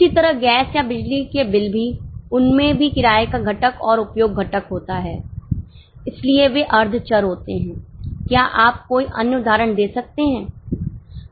उसी तरह गैस या बिजली के बिल भी उनमें भी किराए का घटक और उपयोग घटक होता है इसलिए वे अर्ध चर होते हैं क्या आप कोई अन्य उदाहरण दे सकते हैं